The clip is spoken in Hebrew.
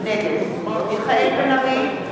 נגד מיכאל בן-ארי,